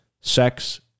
sex